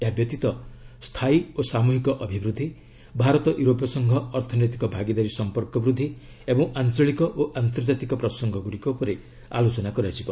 ଏହାବ୍ୟତୀତ ସ୍ଥାୟୀ ଓ ସାମୁହିକ ଅଭିବୃଦ୍ଧି ଭାରତ ୟୁରୋପୀୟ ସଂଘ ଅର୍ଥନୈତିକ ଭାଗିଦାରୀ ସମ୍ପର୍କ ବୃଦ୍ଧି ଏବଂ ଆଞ୍ଚଳିକ ଓ ଆନ୍ତର୍ଜାତିକ ପ୍ରସଙ୍ଗଗୁଡ଼ିକ ଉପରେ ଆଲୋଚନା ହେବ